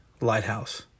lighthouse